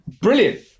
brilliant